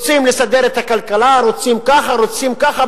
רוצים לסדר את הכלכלה, רוצים ככה, רוצים ככה.